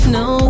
no